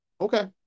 okay